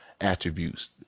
attributes